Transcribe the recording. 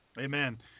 Amen